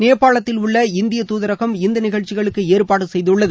நேபாளத்தில் உள்ள இந்திய துதரகம் இந்த நிகழ்ச்சிகளுக்கு ஏற்பாடு செய்துள்ளது